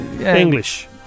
English